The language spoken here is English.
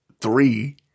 three